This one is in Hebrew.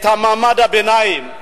את מעמד הביניים.